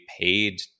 paid